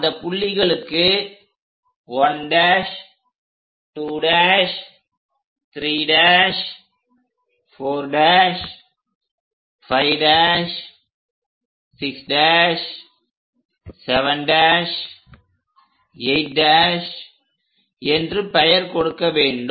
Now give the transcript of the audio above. அந்த புள்ளிகளுக்கு 1' 2' 3' 4' 5' 6' 7' 8' என்று பெயர் கொடுக்க வேண்டும்